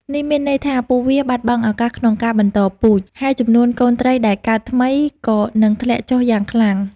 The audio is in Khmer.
នេះមានន័យថាពួកវាបាត់បង់ឱកាសក្នុងការបន្តពូជ ហើយចំនួនកូនត្រីដែលកើតថ្មីក៏នឹងធ្លាក់ចុះយ៉ាងខ្លាំង។